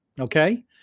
Okay